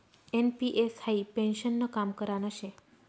NPS high पेन्शननं काम करान शे